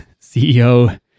CEO